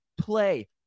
play